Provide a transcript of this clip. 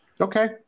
Okay